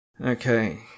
Okay